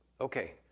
okay